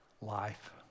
Life